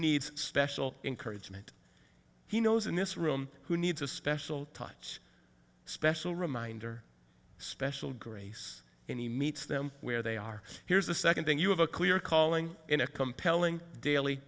needs special encouragement he knows in this room who needs a special touch special reminder special grace and he meets them where they are here's the second thing you have a clear calling in a compelling daily